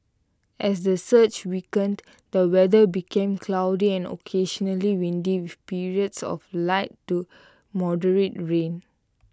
as the surge weakened the weather became cloudy and occasionally windy with periods of light to moderate rain